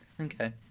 Okay